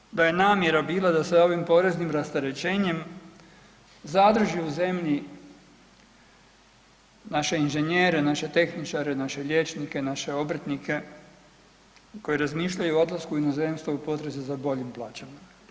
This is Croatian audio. Rečeno nam je da je namjera bila da se ovim poreznim rasterećenjem zadrži u zemlji naše inženjere, naše tehničare, naše liječnike, naše obrtnike koji razmišljaju o odlasku u inozemstvo u potrazi za boljim plaćama.